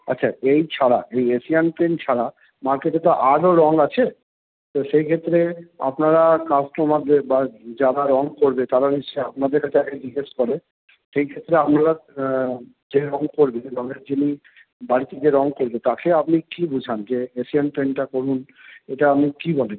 আচ্ছা এই ছাড়া এই এশিয়ান পেন্ট ছাড়া মার্কেটে তো আরও রঙ আছে তো সেই ক্ষেত্রে আপনারা কাস্টোমারদের বা যারা রঙ করবে তারা নিশ্চই আপনাদের কাছে আগে জিজ্ঞেস করে সেই ক্ষেত্রে আপনারা যে রঙ করবে রঙের যিনি বাড়িতে যে রঙ করবে তাকে আপনি কী বোঝান যে এশিয়ান পেন্টটা করুন এটা আপনি কী বলেন